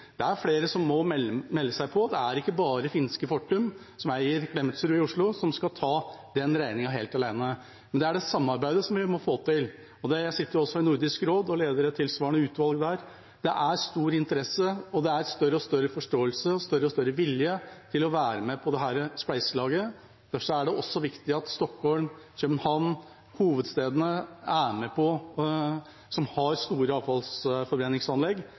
Det er flere som må melde seg på. Det er ikke bare finske Fortum, som eier Klemetsrud i Oslo, som skal ta den regningen helt alene, men det er samarbeidet vi må få til. Jeg sitter også i Nordisk råd og leder et tilsvarende utvalg der. Det er stor interesse, og det er større og større forståelse og større og større vilje til å være med på dette spleiselaget. Derfor er det også viktig at Stockholm, København – hovedstedene – som har store avfallsforbrenningsanlegg, er med på